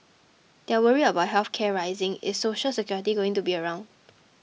they're worried about health care rising is Social Security going to be around